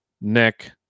Nick